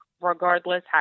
regardless